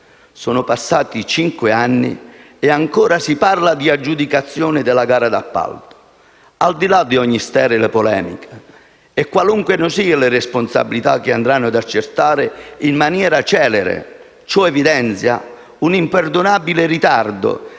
Sono passati cinque anni e ancora si parla di aggiudicazione della gara d'appalto. Al di là di ogni sterile polemica e qualunque siano le responsabilità che andranno accertate in maniera celere, ciò evidenzia un imperdonabile ritardo